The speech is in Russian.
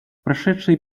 прошедшие